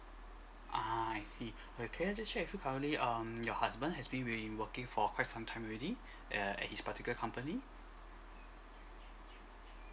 ah I see okay can I just check with you currently um your husband has been working for quite some time already err at his particular company